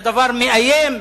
זה דבר מאיים?